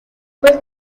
fue